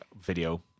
video